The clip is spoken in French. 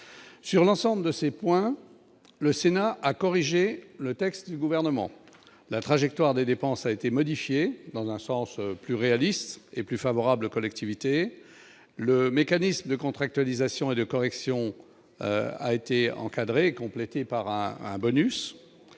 sur l'ensemble de ces points, le Sénat a corrigé le texte du gouvernement la trajectoire des dépenses a été modifiée dans un sens plus réaliste et plus favorable aux collectivités le mécanisme de contractualisation et de correction a été complété par un un bonus